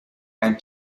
and